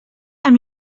amb